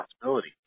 possibility